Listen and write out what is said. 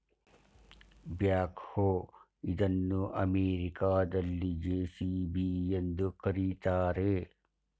back ಹೋ ಇದನ್ನು ಅಮೆರಿಕದಲ್ಲಿ ಜೆ.ಸಿ.ಬಿ ಎಂದು ಕರಿತಾರೆ